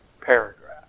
paragraph